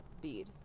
bead